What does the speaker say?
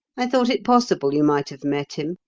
i thought it possible you might have met him,